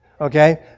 Okay